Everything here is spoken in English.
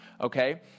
okay